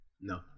No